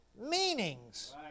meanings